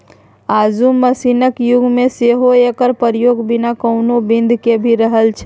आजुक मशीनक युग मे सेहो एकर प्रयोग बिना कोनो बिघ्न केँ भ रहल छै